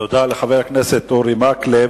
תודה לחבר הכנסת אורי מקלב.